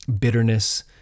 bitterness